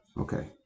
Okay